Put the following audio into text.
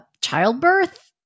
childbirth